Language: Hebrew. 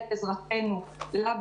אני רוצה להעלות שלושה נושאים,